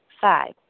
Five